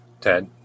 Ted